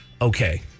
okay